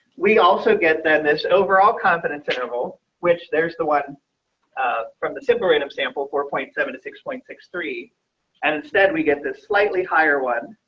we also get them this overall confidence interval which there's the one from the simple random sample four point seven six point six three and instead we get this slightly higher one